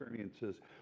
experiences